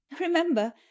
remember